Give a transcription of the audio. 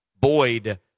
Boyd